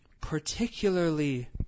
particularly